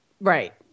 Right